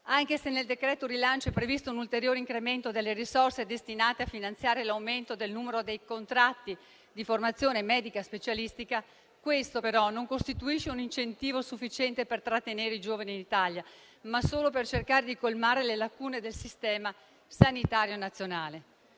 Anche se nel decreto rilancio è previsto un ulteriore incremento delle risorse destinate a finanziare l'aumento del numero dei contratti di formazione medico-specialistica, questo, però, costituisce un incentivo non sufficiente per trattenere i giovani in Italia, ma solo per cercare di colmare le lacune del Sistema sanitario nazionale.